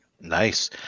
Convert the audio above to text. Nice